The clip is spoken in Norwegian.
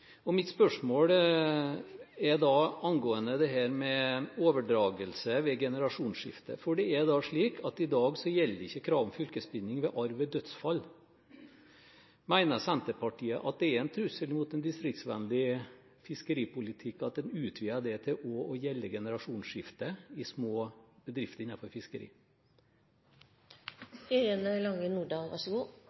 Mitt spørsmål angår dette med overdragelse ved generasjonsskifte. I dag gjelder ikke kravet om fylkesbinding ved arv ved dødsfall. Mener Senterpartiet at det er en trussel mot en distriktsvennlig fiskeripolitikk at en utvider dette til også å gjelde generasjonsskifte i små bedrifter innenfor fiskeri?